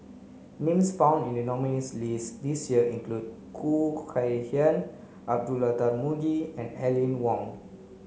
names found in the nominees' list this year include Khoo Kay Hian Abdullah Tarmugi and Aline Wong